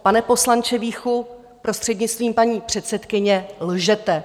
Pane poslanče Víchu, prostřednictvím paní předsedkyně, lžete.